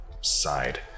side